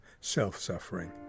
self-suffering